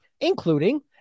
including